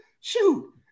Shoot